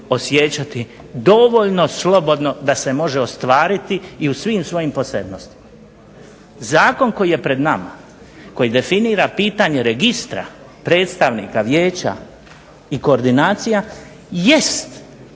osjećati dovoljno slobodno da se može ostvariti i svim svojim posebnostima. Zakon koji je pred nama koji definira pitanje registra, predstavnika, vijeća i koordinacija jest